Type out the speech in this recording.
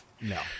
No